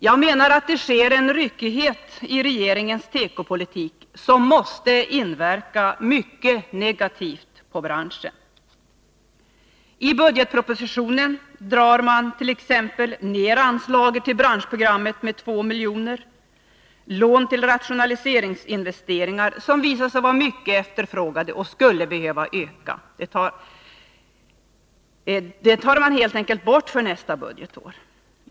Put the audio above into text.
Jag menar att det finns en ryckighet i regeringens tekopolitik som måste inverka mycket negativt på branschen. I budgetpropositionen drar man t.ex. ner anslaget till branschprogrammet med 2 milj.kr. Lån till rationaliseringsinvesteringar, som visat sig vara mycket efterfrågade och skulle behöva öka, tar man helt enkelt bort för nästa budgetår.